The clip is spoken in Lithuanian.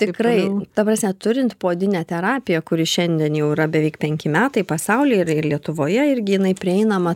tikrai ta prasme turint poodinę terapiją kuri šiandien jau yra beveik penki metai pasauly ir ir lietuvoje irgi jinai prieinama